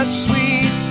sweet